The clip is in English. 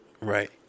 Right